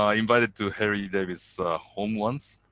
ah invited to harry davis' home once.